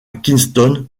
kingston